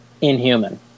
inhuman